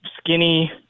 skinny